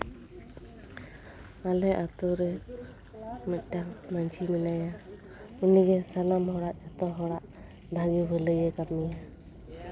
ᱟᱞᱮ ᱟᱹᱛᱩᱨᱮ ᱢᱤᱫᱴᱟᱱ ᱢᱟᱺᱡᱷᱤ ᱢᱮᱱᱟᱭᱟ ᱩᱱᱤᱜᱮ ᱥᱟᱱᱟᱢ ᱦᱚᱲᱟᱜ ᱡᱚᱛᱚ ᱦᱚᱲᱟᱜ ᱵᱷᱟᱹᱜᱤ ᱵᱷᱟᱹᱞᱟᱹᱭᱮ ᱠᱟᱹᱢᱤᱭᱟ